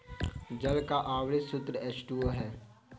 जल का आण्विक सूत्र एच टू ओ है